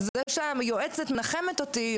זה שהיועצת מנחמת אותי,